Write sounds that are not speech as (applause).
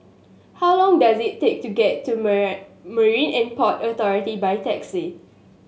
how long does it take to get to (unintelligible) Marine And Port Authority by taxi